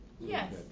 Yes